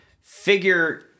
figure